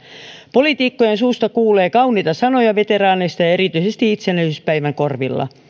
poliitikkojen suusta kuulee kauniita sanoja veteraaneista erityisesti itsenäisyyspäivän korvilla